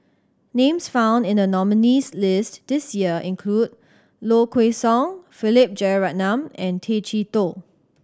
names found in the nominees' list this year include Low Kway Song Philip Jeyaretnam and Tay Chee Toh